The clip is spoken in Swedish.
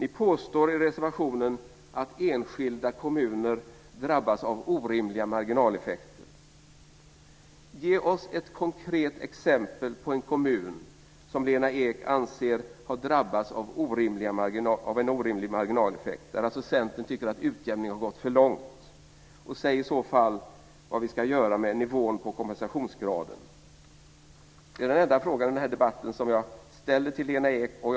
I reservationen påstår ni att enskilda kommuner drabbas av orimliga marginaleffekter. Ge oss ett konkret exempel på en kommun som Lena Ek anser har drabbats av en orimlig marginaleffekt, dvs. där Centern tycker att utjämningen har gått för långt! Och säg i så fall vad vi ska göra med nivån på kompensationsgraden. Den är den enda fråga som jag ställer till Lena Ek i den här debatten.